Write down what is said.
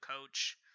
coach